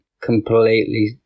completely